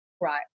Right